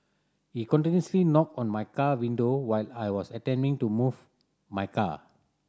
he continuously knocked on my car window while I was attempting to move my car